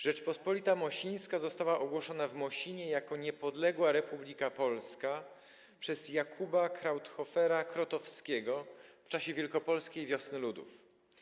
Rzeczpospolita Mosińska została ogłoszona w Mosinie jako niepodległa republika polska przez Jakuba Krauthofera-Krotowskiego w czasie wielkopolskiej Wiosny Ludów.